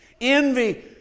Envy